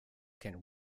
can